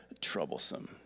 troublesome